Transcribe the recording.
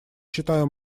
считаю